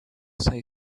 say